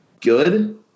Good